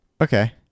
Okay